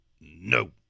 No